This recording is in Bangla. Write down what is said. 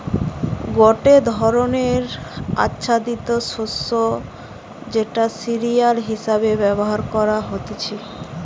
গটে ধরণের আচ্ছাদিত শস্য যেটা সিরিয়াল হিসেবে ব্যবহার করা হতিছে